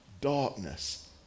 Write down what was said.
darkness